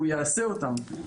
והוא יעשה אותן.